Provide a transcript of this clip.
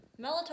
Melatonin